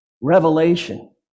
revelation